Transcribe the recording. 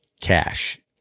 cash